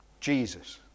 Jesus